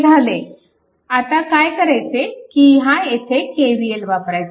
हे झाले आता काय करायचे की ह्या येथे KVL वापरायचा